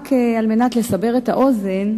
רק על מנת לסבר את האוזן,